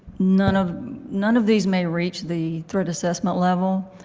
none of none of these may reach the threat assessment level.